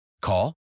Call